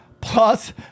plus